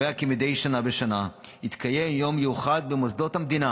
שקובע כי מדי שנה בשנה יתקיים יום מיוחד במוסדות המדינה